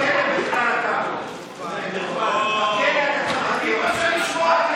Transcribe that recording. (חבר הכנסת עופר כסיף יוצא מאולם